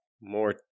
More